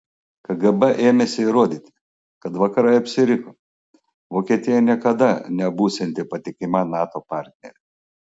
kgb ėmėsi įrodyti kad vakarai apsiriko vokietija niekada nebūsianti patikima nato partnerė